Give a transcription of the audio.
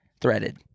Threaded